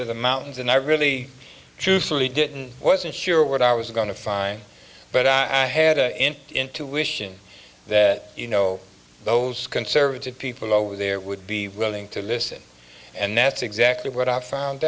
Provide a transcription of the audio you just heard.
of the mountains and i really truthfully didn't wasn't sure what i was going to find but i had a in intuition that you know those conservative people over there would be willing to listen and that's exactly what i found